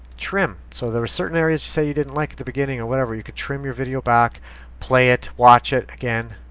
trim, so there were certain areas to say you didn't like the beginning or whatever. you can trim your video back play it watch it again.